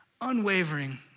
Unwavering